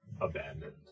abandoned